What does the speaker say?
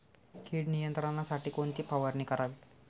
कीड नियंत्रणासाठी कोणती फवारणी करावी?